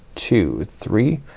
two, three,